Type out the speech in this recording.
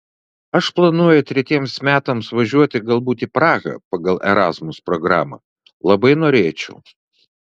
aš planuoju tretiems metams važiuoti galbūt į prahą pagal erasmus programą labai norėčiau